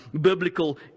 biblical